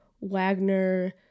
Wagner